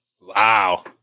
Wow